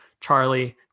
Charlie